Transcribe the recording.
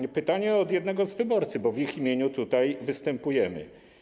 To pytanie od jednego z wyborców, bo w ich imieniu tutaj występujemy.